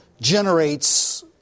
generates